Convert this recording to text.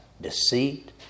deceit